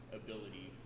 ability